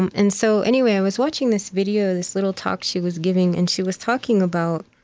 and and so anyway, i was watching this video, this little talk she was giving, and she was talking about